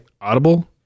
Audible